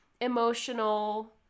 emotional